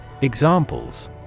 Examples